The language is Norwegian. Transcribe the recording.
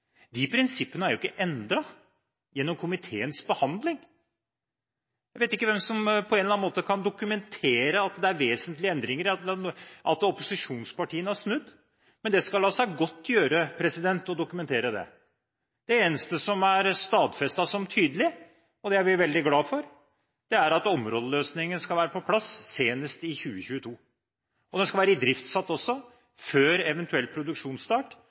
De prinsippene er ikke endret gjennom komiteens behandling. Jeg vet ikke hvem som på en eller annen måte kan dokumentere at det er vesentlige endringer, at opposisjonspartiene har snudd, men det skal la seg godt gjøre å dokumentere det. Det eneste som er stadfestet som tydelig, og det er vi veldig glade for, er at områdeløsningen skal være på plass senest i 2022, og den skal være satt i drift før eventuell produksjonsstart